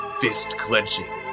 fist-clenching